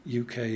UK